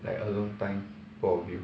like alone time both of you